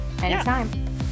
anytime